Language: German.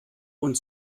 und